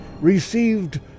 received